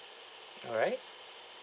alright